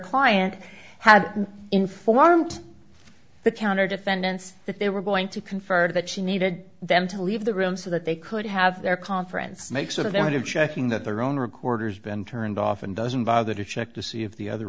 client have informed the counter defendants that they were going to confer that she needed them to leave the room so that they could have their conference make sort of end of checking that their own recorders been turned off and doesn't bother to check to see if the other